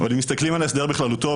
אבל אם מסתכלים על ההסדר בכללותו,